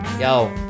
Yo